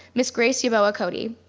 ms. grace yebowa cody.